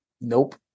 nope